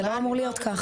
זה לא אמור להיות ככה.